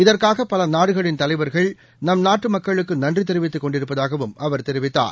இதற்காகபலநாடுகளின் தலைவர்கள் நம் நாட்டுமக்களுக்குநன்றிதெரிவித்துக் கொண்டிருப்பதாகவும் அவர் தெரிவித்தார்